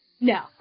No